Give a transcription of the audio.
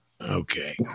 okay